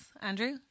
Andrew